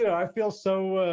i feel so